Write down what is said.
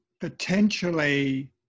potentially